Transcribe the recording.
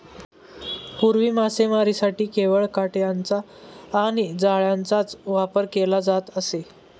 पूर्वी मासेमारीसाठी केवळ काटयांचा आणि जाळ्यांचाच वापर केला जात असे